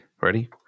Ready